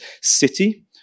city